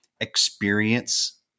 experience